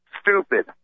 stupid